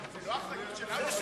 זאת לא אחריות שלנו.